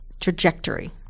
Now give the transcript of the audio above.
trajectory